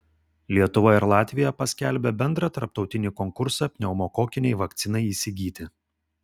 lietuva ir latvija paskelbė bendrą tarptautinį konkursą pneumokokinei vakcinai įsigyti